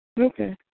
Okay